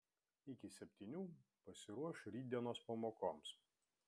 iki septynių pasiruoš rytdienos pamokoms